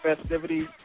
festivities